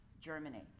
germinate